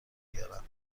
بیارم